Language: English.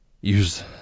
use